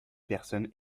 personne